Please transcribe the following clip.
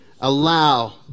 Allow